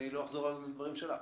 לא אחזור על הדברים שלך.